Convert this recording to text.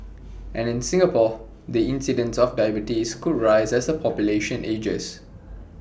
and in Singapore the incidence of diabetes could rise as the population ages